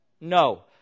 No